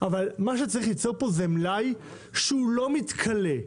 בסוף אתה יוצר פה מלאי לא מתכלה.